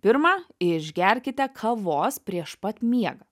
pirma išgerkite kavos prieš pat miegą